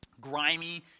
grimy